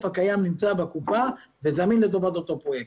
יהיה קיים בקופה וזמין לטובת אותו פרויקט.